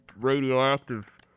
radioactive